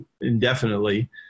indefinitely